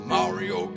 Mario